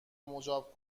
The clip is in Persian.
مجاب